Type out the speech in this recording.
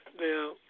Now